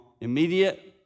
immediate